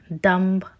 Dumb